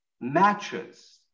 matches